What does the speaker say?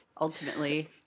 ultimately